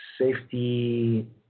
Safety